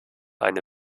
eine